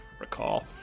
Recall